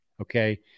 okay